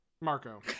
Marco